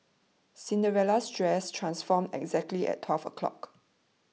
Cinderella's dress transformed exactly at twelve o'clock